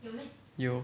有